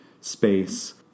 space